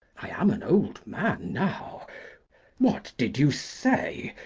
i am an old man now what did you say?